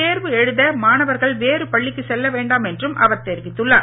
தேர்வு எழுத மாணவர்கள் வேறு பள்ளிக்கு செல்ல வேண்டாம் என்றும் அவர் தெரிவித்துள்ளார்